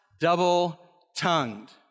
double-tongued